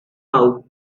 out